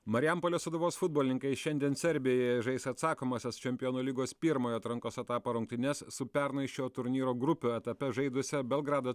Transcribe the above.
marijampolės sūduvos futbolininkai šiandien serbijoje žais atsakomąsias čempionų lygos pirmojo atrankos etapo rungtynes su pernai šio turnyro grupių etape žaidusia belgrado